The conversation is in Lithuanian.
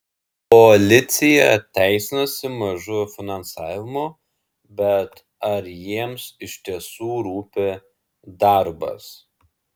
policija teisinasi mažu finansavimu bet ar jiems iš tiesų rūpi darbas